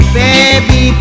baby